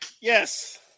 Yes